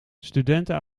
studenten